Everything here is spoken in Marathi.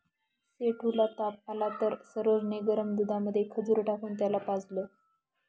सेठू ला ताप आला तर सरोज ने गरम दुधामध्ये खजूर टाकून त्याला पाजलं